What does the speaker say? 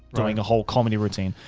doing a whole comedy routine.